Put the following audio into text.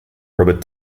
robert